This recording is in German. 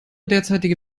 derzeitige